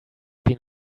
been